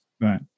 Right